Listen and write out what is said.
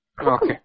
Okay